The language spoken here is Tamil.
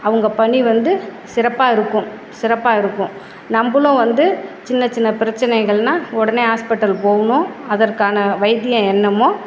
அவங்க பணி வந்து சிறப்பாக இருக்கும் சிறப்பாக இருக்கும் நம்மளும் வந்து சின்ன சின்ன பிரச்சனைகள்னால் உடனே ஹாஸ்பிட்டல் போகணும் அதற்கான வைத்தியம் என்னமோ